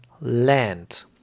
land